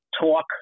talk